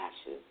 ashes